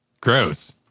Gross